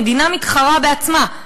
המדינה מתחרה בעצמה,